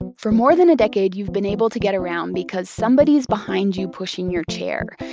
and for more than a decade you've been able to get around because somebody's behind you pushing your chair,